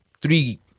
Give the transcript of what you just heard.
three